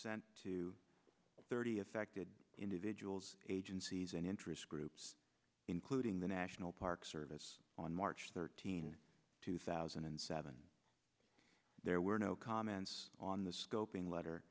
sent to thirty affected individuals agencies and interest groups including the national park service on march thirteenth two thousand and seven there were no comments on the scoping letter